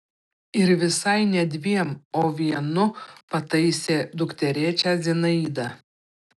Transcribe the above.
ir visai ne dviem o vienu pataisė dukterėčią zinaida